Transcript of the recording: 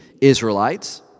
Israelites